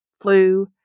flu